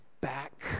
back